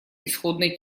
исходной